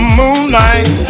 moonlight